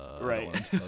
right